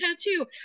tattoo